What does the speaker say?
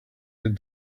that